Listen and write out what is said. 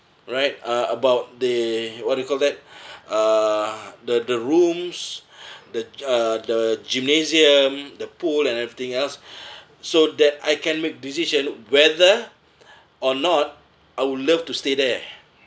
right uh about they what do you call that uh the the rooms the uh the gymnasium the pool and everything else so that I can make decision whether or not I would love to stay there